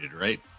right